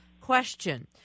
question